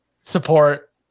support